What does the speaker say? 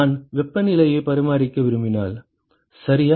நான் வெப்பநிலையை பராமரிக்க விரும்பினால் சரியா